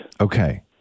Okay